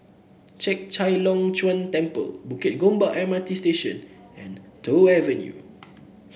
Chek Chai Long Chuen Temple Bukit Gombak M R T Station and Toh Avenue